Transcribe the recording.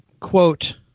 quote –